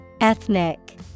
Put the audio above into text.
Ethnic